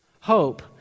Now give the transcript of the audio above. hope